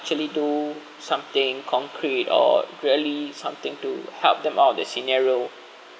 actually do something concrete or greatly something to help them out of the scenario